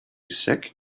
sick